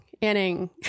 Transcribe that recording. Inning